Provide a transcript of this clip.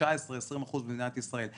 19%,20% במדינת ישראל.